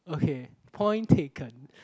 okay point taken